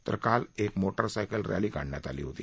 तर काल मोटारसायकल रस्ती काढण्यात आली होती